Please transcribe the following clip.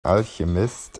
alchemist